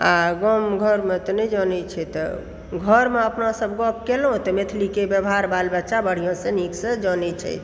आ गाम घरमे तऽ नहि जानै छै तऽ घरमे अपना सब गप कएलहुॅं तऽ मैथिलीके व्यवहार बालबच्चा बढिऑंसँ नीकसँ जानै छथि